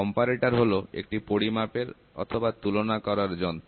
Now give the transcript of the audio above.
comparator হলো একটা পরিমাপের অথবা তুলনা করার যন্ত্র